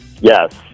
Yes